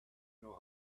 know